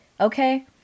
Okay